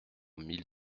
mille